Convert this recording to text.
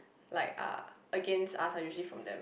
like are against us are usually from them